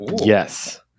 Yes